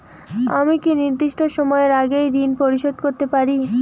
আমি কি নির্দিষ্ট সময়ের আগেই ঋন পরিশোধ করতে পারি?